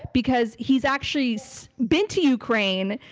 because he's actually so been to ukraine,